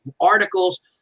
articles